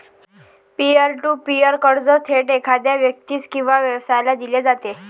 pier to peer कर्ज थेट एखाद्या व्यक्तीस किंवा व्यवसायाला दिले जाते